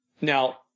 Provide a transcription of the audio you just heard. now